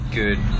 good